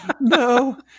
No